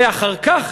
ואחר כך,